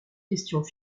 questions